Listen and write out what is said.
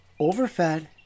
overfed